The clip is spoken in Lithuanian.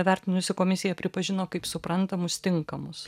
vertinusi komisija pripažino kaip suprantamus tinkamus